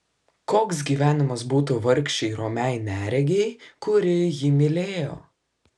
koks gyvenimas būtų vargšei romiai neregei kuri jį mylėjo